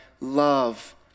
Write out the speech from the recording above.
love